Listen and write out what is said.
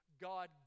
God